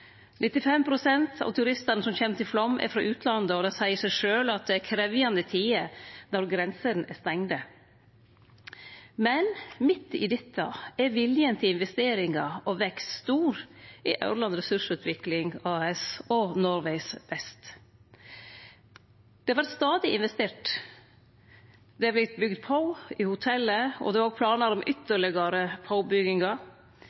av turistane som kjem til Flåm, er frå utlandet, og det seier seg sjølv at det er krevjande tider når grensene er stengde. Men midt i dette er viljen til investeringar og vekst stor i Aurland Ressursutvikling AS og Norway’s best. Det har stadig vorte investert, det har vorte bygd på i hotellet, og det er òg planar om